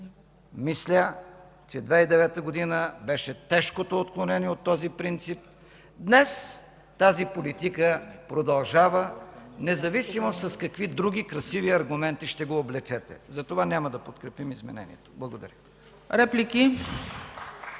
Мисля, че 2009 г. беше тежкото отклонение от този принцип. Днес тази политика продължава, независимо с какви други красиви аргументи ще я облечете. Затова няма да подкрепим изменението. Благодаря. (Единични